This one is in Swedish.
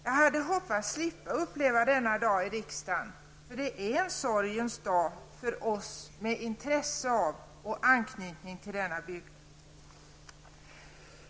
Jag hade hoppats att slippa uppleva denna dag i riksdagen, för det är en sorgens dag för oss med intresse av och anknytning till denna bygd.